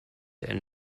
and